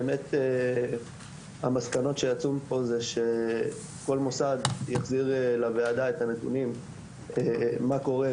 באמת המסקנות שיצאו מפה זה שכל מוסד יחזיר לוועדה את הנתונים מה קורה,